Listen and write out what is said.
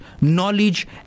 knowledge